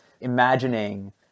imagining